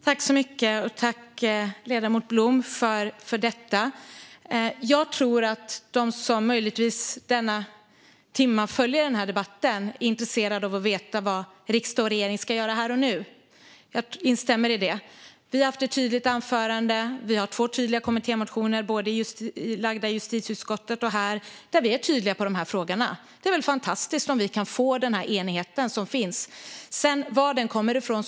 Herr talman! Jag tror att de som möjligtvis följer debatten denna timma är intresserade av att veta vad riksdag och regering ska göra här och nu. Jag instämmer i det. Vi har haft ett tydligt anförande. Vi har två tydliga kommittémotioner väckta både i justitieutskottet och här, där vi är tydliga i dessa frågor. Det är väl fantastiskt om vi kan få den här enigheten, oavsett var den kommer ifrån.